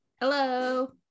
hello